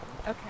Okay